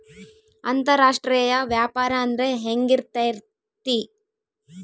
ಅಂತರಾಷ್ಟ್ರೇಯ ವ್ಯಾಪಾರ ಅಂದ್ರೆ ಹೆಂಗಿರ್ತೈತಿ?